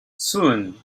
soon